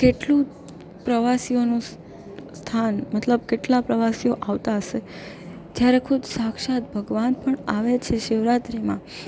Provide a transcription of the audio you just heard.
કેટલું પ્રવાસીઓનું સ્થાન મતલબ કેટલા પ્રવાસીઓ આવતા હશે જયારે ખુદ સાક્ષાત ભગવાન પણ આવે છે શિવરાત્રીમાં